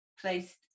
placed